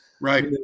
Right